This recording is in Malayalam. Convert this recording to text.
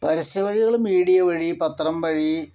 പരസ്യ വഴികൾ മീഡിയ വഴി പത്രം വഴി